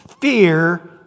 Fear